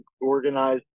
organized